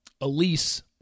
Elise